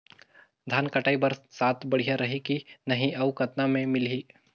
धान कटाई बर साथ बढ़िया रही की नहीं अउ कतना मे मिलही?